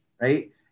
right